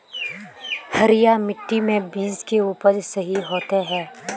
हरिया मिट्टी में बीज के उपज सही होते है?